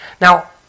Now